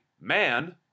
Man